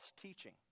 teaching